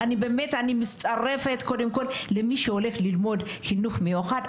אני מצטרפת למי שהולך ללמוד חינוך מיוחד,